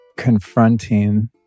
Confronting